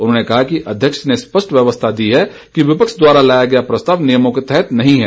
उन्होंने कहा कि अध्यक्ष ने स्पष्ट व्यवस्था दी है कि विपक्ष द्वारा लाया गया प्रस्ताव नियमों के तहत नहीं है